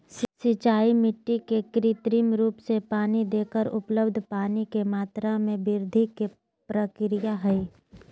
सिंचाई मिट्टी के कृत्रिम रूप से पानी देकर उपलब्ध पानी के मात्रा में वृद्धि के प्रक्रिया हई